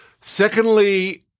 Secondly